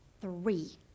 three